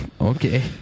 Okay